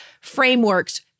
frameworks